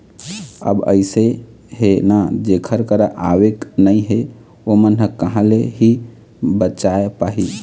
अब अइसे हे ना जेखर करा आवके नइ हे ओमन ह कहाँ ले ही बचाय पाही